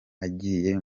agiye